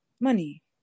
money